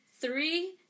Three